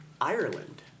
Ireland